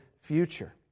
future